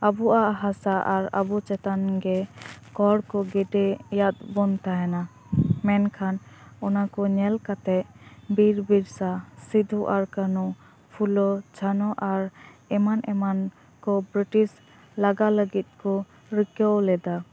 ᱟᱵᱚᱭᱟᱜ ᱦᱟᱥᱟ ᱟᱨ ᱟᱵᱚ ᱪᱮᱛᱟᱱ ᱜᱮ ᱠᱚᱨ ᱠᱚ ᱜᱤᱰᱤᱭᱟᱫ ᱵᱚᱱ ᱛᱟᱦᱮᱱᱟ ᱢᱮᱱᱠᱷᱟᱱ ᱚᱱᱟ ᱠᱚ ᱧᱮᱞ ᱠᱟᱛᱮ ᱵᱤᱨ ᱵᱤᱨᱥᱟ ᱥᱤᱫᱩ ᱟᱨ ᱠᱟᱱᱩ ᱯᱷᱩᱞᱳ ᱡᱷᱟᱱᱚ ᱟᱨ ᱮᱢᱟᱱ ᱮᱢᱟᱱ ᱠᱚ ᱵᱨᱤᱴᱤᱥ ᱞᱟᱜᱟ ᱞᱟᱹᱜᱤᱫ ᱠᱚ ᱨᱤᱠᱟᱹ ᱞᱮᱫᱟ